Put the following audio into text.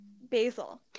basil